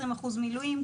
20% מילואים,